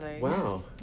wow